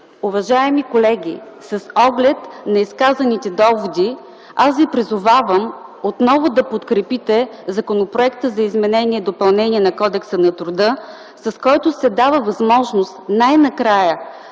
Уважаеми колеги, с оглед на изказаните доводи, аз ви призовавам отново да подкрепите Законопроекта за изменение и допълнение на Кодекса на труда, с който се дава възможност най-накрая